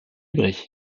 übrig